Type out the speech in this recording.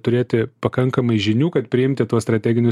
turėti pakankamai žinių kad priimti tuos strateginius